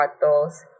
bottles